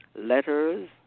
letters